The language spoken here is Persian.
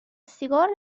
سیگار